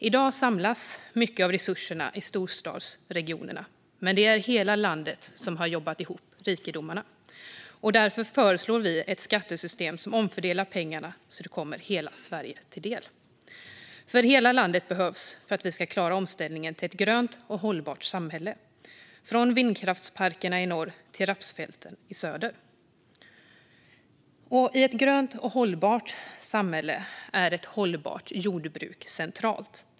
I dag samlas mycket av resurserna i storstadsregionerna, men det är hela landet som har jobbat ihop rikedomarna. Därför föreslår vi ett skattesystem som omfördelar pengarna så att de kommer hela Sverige till del. Hela landet behövs nämligen för att vi ska klara omställningen till ett grönt och hållbart samhälle, från vindkraftsparkerna i norr till rapsfälten i söder. I ett grönt och hållbart samhälle är ett hållbart jordbruk centralt.